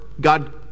God